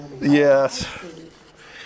Yes